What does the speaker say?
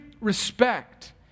respect